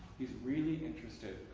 he's really interested,